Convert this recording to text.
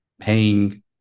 paying